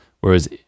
Whereas